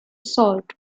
solved